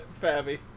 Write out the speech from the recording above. fabby